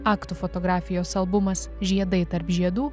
aktų fotografijos albumas žiedai tarp žiedų